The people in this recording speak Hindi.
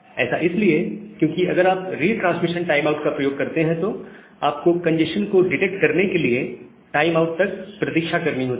ऐसा इसलिए क्योंकि अगर आप रिट्रांसमिशन टाइमआउट का प्रयोग करते हैं तो आपको कंजेस्शन को डिटेक्ट करने के लिए टाइम आउट तक प्रतीक्षा करनी होती है